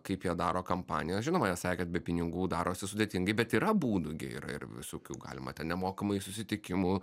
kaip jie daro kampanijas žinoma jie sakė kad be pinigų darosi sudėtingai bet yra būdų gi yra ir visokių galima nemokamai susitikimų